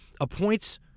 appoints